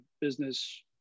business